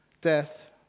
death